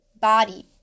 body